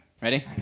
ready